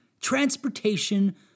transportation